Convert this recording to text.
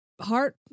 heart